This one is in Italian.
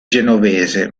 genovese